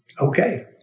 Okay